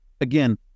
again